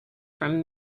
from